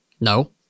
No